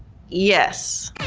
yes.